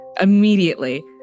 immediately